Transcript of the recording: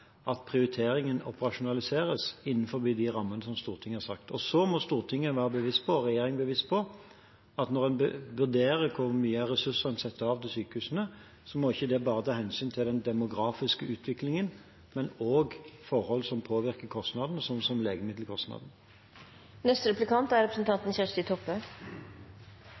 at prioriteringen operasjonaliseres innenfor de rammene som Stortinget har satt. Og så må Stortinget være bevisst på, og regjeringen må være bevisst på, at når en vurderer hvor mye ressurser en setter av til sykehusene, må det tas hensyn til ikke bare den demografiske utviklingen, men også forhold som påvirker kostnadene, sånn som